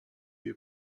wie